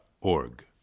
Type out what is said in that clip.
org